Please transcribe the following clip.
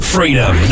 Freedom